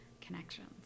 connections